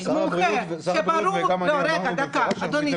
שר הבריאות וגם אני אמרנו במפורש שאנחנו מתנגדים.